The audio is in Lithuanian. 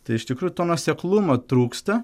tai iš tikrųjų to nuoseklumo trūksta